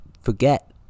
forget